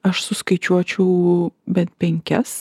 aš suskaičiuočiau bent penkias